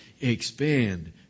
Expand